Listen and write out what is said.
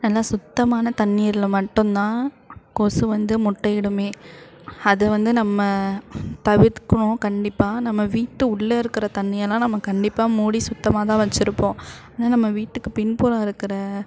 நல்லா சுத்தமான தண்ணீரில் மட்டும் தான் கொசு வந்து முட்டையிடுமே அதை வந்து நம்ம தவிர்க்கணும் கண்டிப்பாக நம்ம வீட்டு உள்ளே இருக்கிற தண்ணியெல்லாம் நம்ம கண்டிப்பாக மூடி சுத்தமாக தான் வச்சுருப்போம் ஆனால் நம்ம வீட்டுக்கு பின்புறம் இருக்கிற